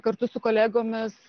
kartu su kolegomis